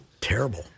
terrible